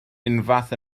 unfath